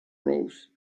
rose